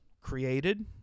created